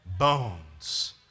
Bones